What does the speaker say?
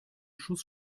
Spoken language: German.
schuss